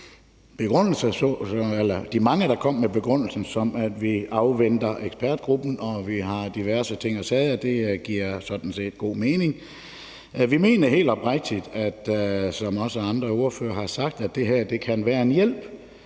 de mange, der er kommet med begrundelser, såsom at vi afventer ekspertgruppens arbejde og vi har diverse ting og sager. Det giver sådan set god mening. Vi mener helt oprigtigt, som der også er andre ordførere der har sagt, at det her kan være en hjælp,